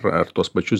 ar tuos pačius